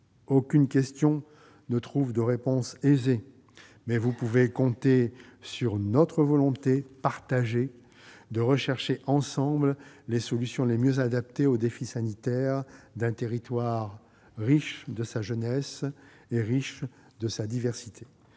Aucune question ne trouve de réponse aisée, mais vous pouvez compter, monsieur le secrétaire d'État, sur notre volonté partagée de rechercher ensemble les solutions les mieux adaptées aux défis sanitaires d'un territoire riche de sa jeunesse et de sa diversité.